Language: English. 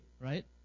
right